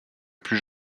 plus